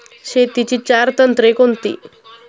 शेतीची चार तंत्रे कोणती?